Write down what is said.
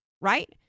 right